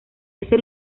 ese